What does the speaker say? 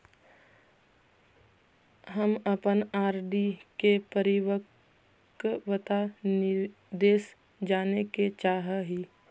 हम अपन आर.डी के परिपक्वता निर्देश जाने के चाह ही